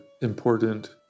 important